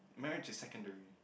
marriage just secondary